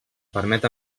permet